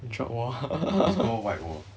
你 shot 我 uh